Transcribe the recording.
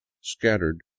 scattered